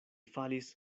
falis